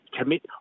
commit